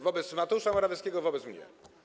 Wobec Mateusza Morawieckiego, wobec mnie.